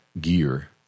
gear